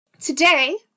Today